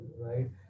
right